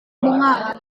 bunga